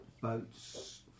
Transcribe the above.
boats